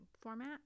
format